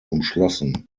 umschlossen